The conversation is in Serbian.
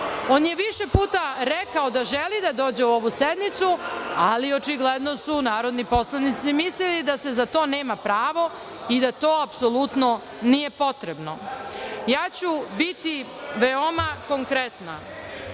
On je više puta rekao da želi da dođe na ovu sednicu, ali očigledno su narodni poslanici mislili da za to nema pravo i da to apsolutno nije potrebno. Ja ću biti veoma konkretna.